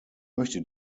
möchte